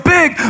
big